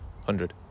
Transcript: hundred